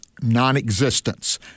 non-existence